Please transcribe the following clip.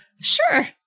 Sure